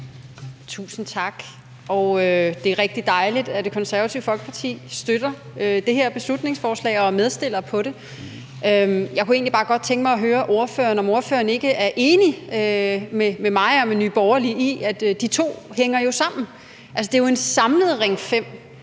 Tusind tak. Det er rigtig dejligt, at Det Konservative Folkeparti støtter det her beslutningsforslag og er medforslagsstillere på det. Jeg kunne egentlig bare godt tænke mig at høre, om ordføreren ikke er enig med mig og Nye Borgerlige i, at de to jo hænger sammen – altså, det er jo en samlet Ring 5.